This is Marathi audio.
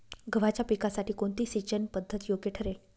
गव्हाच्या पिकासाठी कोणती सिंचन पद्धत योग्य ठरेल?